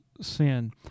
sin